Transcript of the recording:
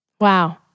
Wow